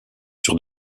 sur